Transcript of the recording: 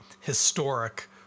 historic